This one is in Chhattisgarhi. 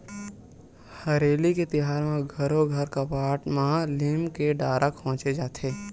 हरेली के तिहार म घरो घर कपाट म लीम के डारा खोचे जाथे